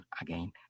again